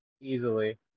easily